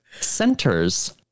Centers